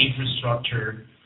infrastructure